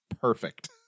perfect